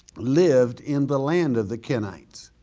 lived in the land of the kenites.